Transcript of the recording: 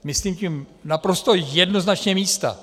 Myslím tím naprosto jednoznačně místa.